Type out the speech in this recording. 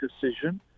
decision